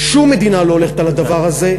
שום מדינה לא הולכת על הדבר הזה.